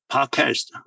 Podcast